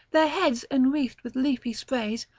their heads enwreathed with leafy sprays,